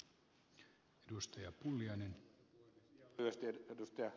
ihan lyhyesti ed